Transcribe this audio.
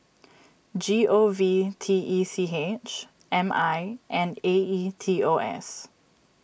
G O V T E C H M I and A E T O S